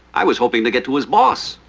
i was hoping to get to his boss.